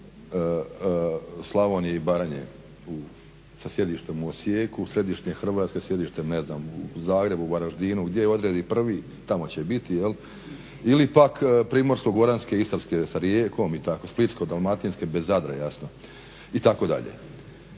Slavonije i Baranje sa sjedištem u Osijekom, središnje Hrvatske sa sjedištem ne znam, u Zagrebu, Varaždinu gdje odredi prvi tamo će i biti, ili pak Primorsko-goranske, Istarske sa Rijekom, Splitsko-dalmatinske bez Zadra jasno itd.